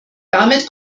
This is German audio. damit